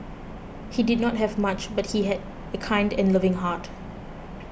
he did not have much but he had a kind and loving heart